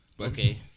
Okay